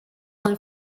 and